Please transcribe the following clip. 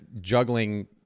juggling